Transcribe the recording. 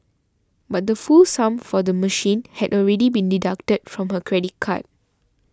but the full sum for the machine had already been deducted from her credit card